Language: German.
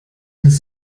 das